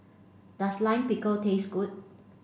does Lime Pickle taste good